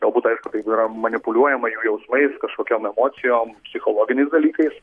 galbūt aišku yra manipuliuojama jau jausmais kažkokiom emocijom psichologiniais dalykais